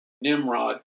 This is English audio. Nimrod